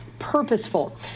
purposeful